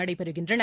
நடைபெறுகின்றன